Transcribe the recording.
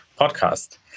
podcast